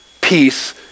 peace